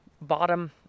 bottom